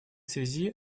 связи